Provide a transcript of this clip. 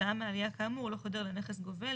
כתוצאה מהעלייה כאמור לא חודר לנכס גובל,